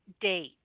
date